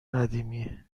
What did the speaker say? قدیمه